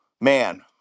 man